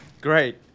Great